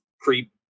creep